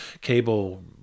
cable